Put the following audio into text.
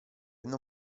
non